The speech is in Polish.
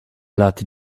lat